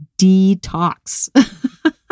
detox